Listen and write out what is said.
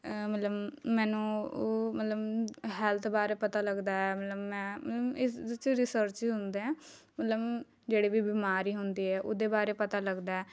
ਮਤਲਬ ਮੈਨੂੰ ਉਹ ਮਤਲਬ ਹੈਲਥ ਬਾਰੇ ਲੱਗਦਾ ਹੈ ਮਤਲਬ ਮੈਂ ਮਤਲਬ ਇਸ 'ਚ ਰਿਸਰਚ ਹੁੰਦੇ ਹੈ ਮਤਲਬ ਜਿਹੜੇ ਵੀ ਬੀਮਾਰੀ ਹੁੰਦੀ ਹੈ ਉਹਦੇ ਬਾਰੇ ਪਤਾ ਲੱਗਦਾ ਹੈ